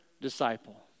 disciple